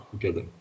together